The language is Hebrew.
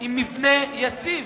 עם מבנה יציב.